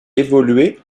évolué